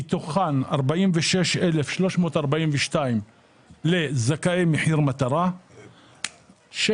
מתוכן 46,342 לזכאי מחיר מטרה,